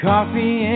Coffee